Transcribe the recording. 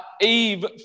Eve